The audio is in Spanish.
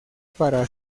para